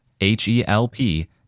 H-E-L-P